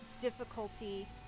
difficulty